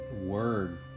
word